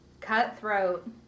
Cutthroat